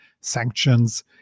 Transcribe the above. sanctions